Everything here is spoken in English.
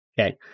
Okay